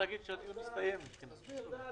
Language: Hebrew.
תודה,